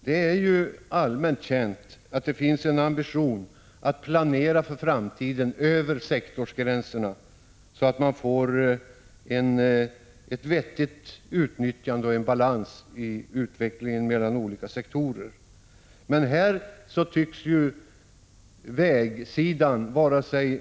Det är allmänt känt att det finns en ambition att planera för framtiden över sektorsgränserna, så att man får ett vettigt utnyttjande och en balans i utvecklingen mellan olika sektorer. Men här tycks vägsidan vara sig självnog Prot.